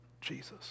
Jesus